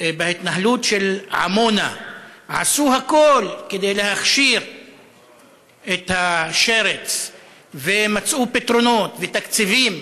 בהתנהלות של עמונה עשו הכול כדי להכשיר את השרץ ומצאו פתרונות ותקציבים,